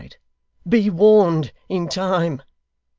be warned in time